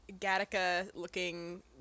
Gattaca-looking